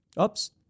Oops